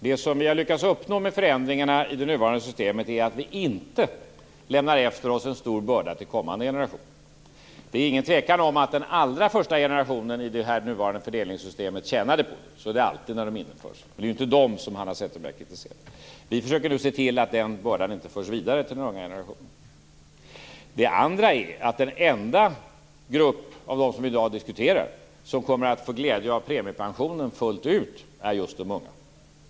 Det som vi har lyckats uppnå med förändringarna i det nuvarande systemet är att vi inte lämnar efter oss en stor börda till kommande generationer. Det är ingen tvekan om att den allra första generationen i det nuvarande fördelningssystemet tjänade på det. Så är det alltid när de genomförs. Men det är ju inte dem som Hanna Zetterberg kritiserar. Vi försöker nu se till att den bördan inte förs vidare till den unga generationen. Den enda grupp av dem som vi i dag diskuterar som kommer att få glädje av premiepensionen fullt ut är just de unga.